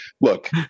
look